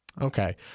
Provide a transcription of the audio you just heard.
Okay